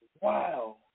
wow